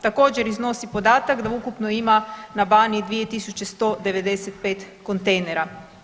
Također iznosi podatak da ukupno ima na Baniji 2195 kontejnera.